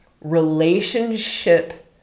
relationship